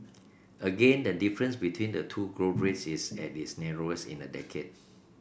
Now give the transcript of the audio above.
again the difference between the two growth rates is at its narrowest in a decade